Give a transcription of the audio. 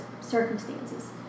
circumstances